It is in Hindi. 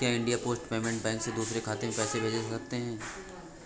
क्या इंडिया पोस्ट पेमेंट बैंक से दूसरे खाते में पैसे भेजे जा सकते हैं?